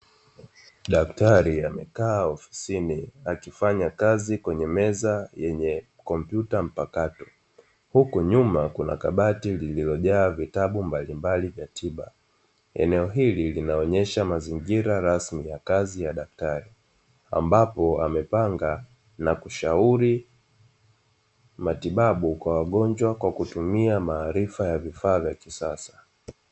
Daktari amekaa ofisini akifanya kazi kwenye meza yenye kompyuta mpakato huku nyuma kuna kabati lililojaa vitabu mbalimbali vya tiba, eneo hili linaonyesha mazingira rasmi ya kazi ya daktari ambapo amepanga na kushauri matibabu kwa wagonjwa kwa kutumia maarifa ya vifaa vya kisasa.